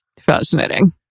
Fascinating